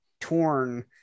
torn